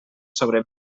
sobre